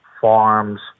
farms